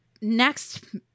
next